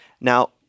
Now